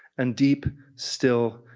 and deep, still,